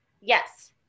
yes